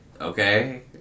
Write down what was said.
Okay